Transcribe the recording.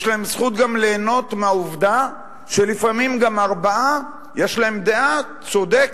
יש להם זכות גם ליהנות מהעובדה שלפעמים גם ארבעה יש להם דעה צודקת,